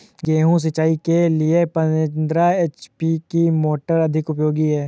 गेहूँ सिंचाई के लिए पंद्रह एच.पी की मोटर अधिक उपयोगी है?